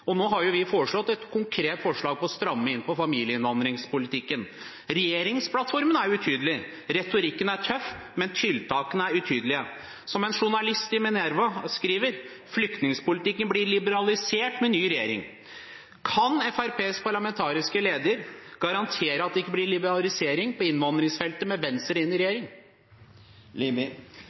ut. Nå har vi kommet med et konkret forslag om å stramme inn på familieinnvandringspolitikken. Regjeringsplattformen er utydelig. Retorikken er tøff, men tiltakene er utydelige. Som en journalist i Minerva skriver: Flyktningpolitikken blir liberalisert med ny regjering. Kan Fremskrittspartiets parlamentariske leder garantere at det ikke blir liberalisering på innvandringsfeltet med Venstre i regjering?